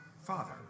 father